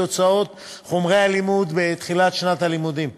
הוצאות חומרי הלימוד בתחילת שנת הלימודים,